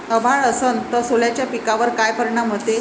अभाळ असन तं सोल्याच्या पिकावर काय परिनाम व्हते?